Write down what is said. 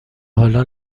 حالا